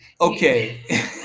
Okay